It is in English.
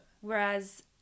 Whereas